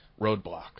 Roadblock